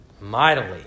mightily